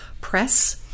Press